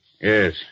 Yes